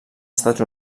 estats